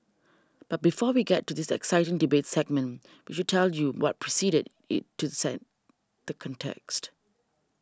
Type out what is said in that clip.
but before we get to this exciting debate segment we should tell you what preceded it to set the context